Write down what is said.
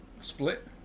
split